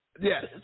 Yes